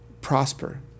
prosper